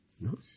No